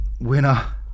Winner